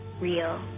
real